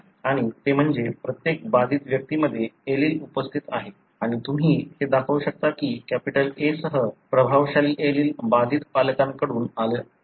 आणि ते म्हणजे प्रत्येक बाधित व्यक्तीमध्ये एलील उपस्थित आहे आणि तुम्ही हे दाखवू शकता की कॅपिटल A सह प्रभावशाली एलील बाधित पालकांकडून आले आहे